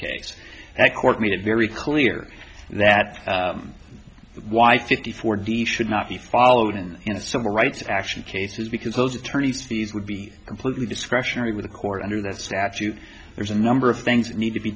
case that court made it very clear that why fifty four d should not be followed and in some rights action cases because those attorneys fees would be completely discretionary with a court under that statute there's a number of things that need to be